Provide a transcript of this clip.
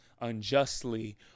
unjustly